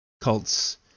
cults